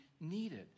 needed